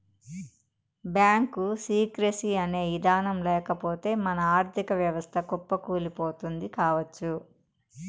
bank secrecy అనే ఇదానం లేకపోతె మన ఆర్ధిక వ్యవస్థ కుప్పకూలిపోతుంది కావచ్చు